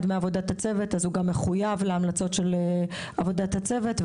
מעבודת הצוות הוא מחויב להמלצות עבודת הצוות.